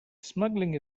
smuggling